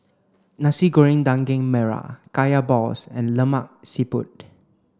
Nasi Goreng Daging Merah Kaya Balls and Lemak Siput